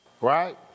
Right